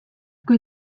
kui